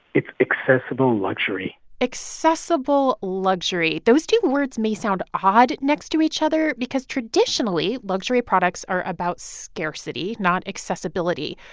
it's accessible luxury accessible luxury those two words may sound hard next to each other because traditionally, luxury products are about scarcity, not accessibility.